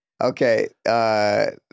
Okay